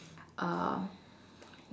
um